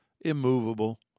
immovable